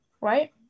right